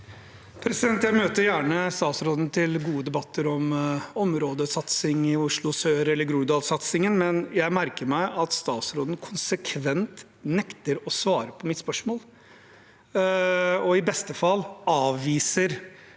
Jeg møter gjerne statsråden til gode debatter om områdesatsingen i Oslo sør eller Groruddalssatsingen. Jeg merker meg at statsråden konsekvent nekter å svare på mitt spørsmål og i beste fall avviser